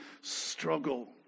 struggle